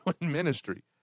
ministry